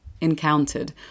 encountered